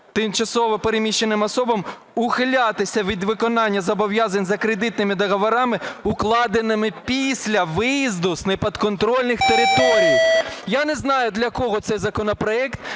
тимчасово переміщеним особам ухилятися від виконання зобов'язань за кредитними договорами укладеними після виїзду з непідконтрольних територій. Я не знаю, для кого цей законопроект.